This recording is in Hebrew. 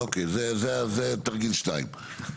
אוקיי, זה תרגיל מספר שתיים.